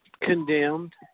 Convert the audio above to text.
condemned